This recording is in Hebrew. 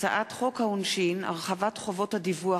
הצעת חוק העונשין (הרחבת חובות הדיווח